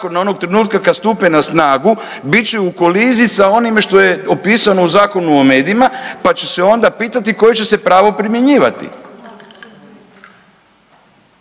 onog trenutka kad stupe na snagu, bit će u koliziji sa onime što je opisano u Zakonu o medijima pa će se onda pitati koje će se pravo primjenjivati.